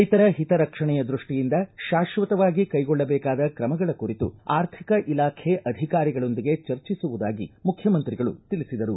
ರೈತರ ಹಿತ ರಕ್ಷಣೆಯ ದೃಷ್ಟಿಯಿಂದ ಶಾಶ್ವಕವಾಗಿ ಕೈಗೊಳ್ಳಬೇಕಾದ ಕ್ರಮಗಳ ಕುರಿತು ಆರ್ಥಿಕ ಇಲಾಖೆ ಅಧಿಕಾರಿಗಳೊಂದಿಗೆ ಚರ್ಚಿಸುವುದಾಗಿ ಮುಖ್ಯಮಂತ್ರಿಗಳು ತಿಳಿಸಿದರು